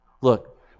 Look